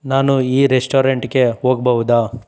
ನಾನು ಈ ರೆಸ್ಟೋರೆಂಟ್ಗೆ ಹೋಗ್ಬಹುದಾ